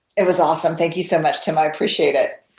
it was awesome. thank you so much, tim. i appreciate it.